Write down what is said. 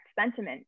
sentiment